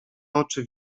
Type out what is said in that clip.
oczy